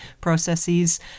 processes